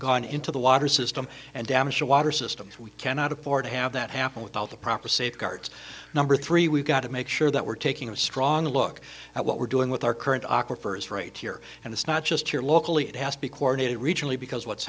gone into the water system and damaged water systems we cannot afford to have that happen without the proper safeguards number three we've got to make sure that we're taking a strong look at what we're doing with our current awkward for us right here and it's not just here locally it has to be quarantined regionally because what's